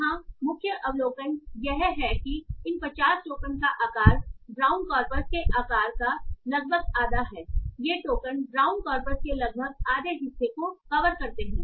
यहां मुख्य अवलोकन यह है कि इन 50 टोकन का आकार ब्राउन के कॉर्पस के आकार का लगभग आधा है ये टोकन ब्राउन कॉर्पस के लगभग आधे हिस्से को कवर करते हैं